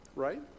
Right